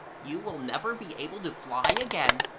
you will never be able to fly again,